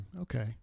okay